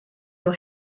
nhw